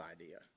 idea